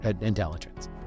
intelligence